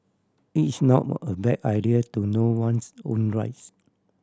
it is normal a bad idea to know one's own rights